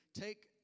take